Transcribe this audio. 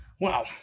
Wow